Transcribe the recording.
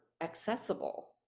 accessible